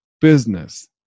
business